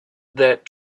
that